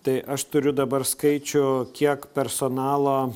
tai aš turiu dabar skaičių kiek personalo